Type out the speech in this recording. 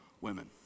Women